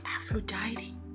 Aphrodite